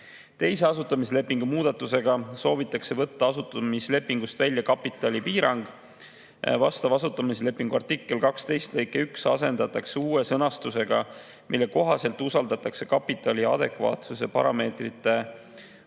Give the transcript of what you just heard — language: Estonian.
Asutamislepingu teise muudatusega soovitakse võtta asutamislepingust välja kapitali piirang. Vastav asutamislepingu artikli 12 lõige 1 asendatakse uue sõnastusega, mille kohaselt usaldatakse kapitali adekvaatsuse parameetrite